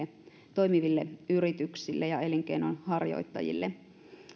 toimiviin yrityksiin ja elinkeinonharjoittajiin